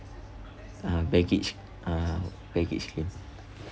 uh baggage uh baggage claim